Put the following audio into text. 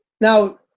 Now